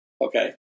Okay